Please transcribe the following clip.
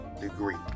degree